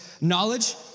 knowledge